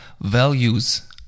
values